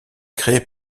créée